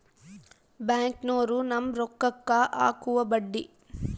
ಬ್ಯಾಂಕ್ನೋರು ನಮ್ಮ್ ರೋಕಾಕ್ಕ ಅಕುವ ಬಡ್ಡಿ